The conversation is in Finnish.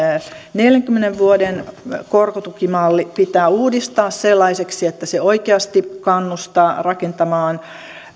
neljänkymmenen vuoden korkotukimalli pitää uudistaa sellaiseksi että se oikeasti kannustaa rakentamaan